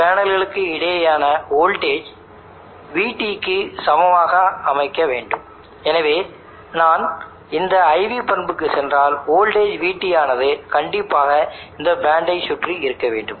பேனலில் இருந்து பாயும் கரண்ட் அந்த இன்சுலேஷனுக்கான Im மதிப்புடன் ஒத்திருக்க வேண்டும்